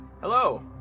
Hello